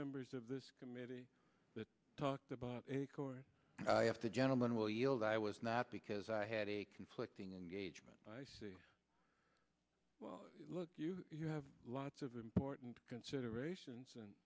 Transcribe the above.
members of this committee that talked about acorn have to gentleman will yield i was not because i had a conflicting engagement i see well look you have lots of important considerations and